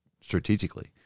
strategically